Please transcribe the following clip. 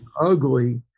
ugly